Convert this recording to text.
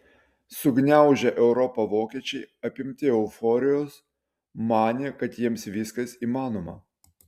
sugniaužę europą vokiečiai apimti euforijos manė kad jiems viskas įmanoma